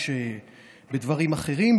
אם זה עבודה או מי שבדברים אחרים,